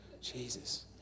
Jesus